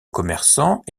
commerçants